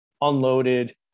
unloaded